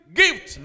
gift